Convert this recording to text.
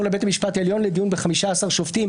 לבית המשפט העליון לדיון של 15 שופטים,